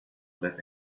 let